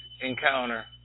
encounter